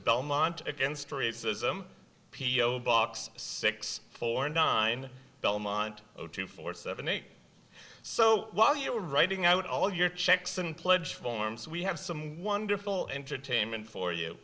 belmont against racism p o box six four nine belmont zero two four seven eight so while you are writing out all your checks and pledge forms we have some wonderful entertainment for you